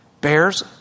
bears